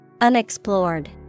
Unexplored